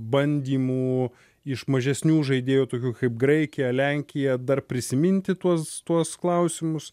bandymų iš mažesnių žaidėjų tokių kaip graikija lenkija dar prisiminti tuos tuos klausimus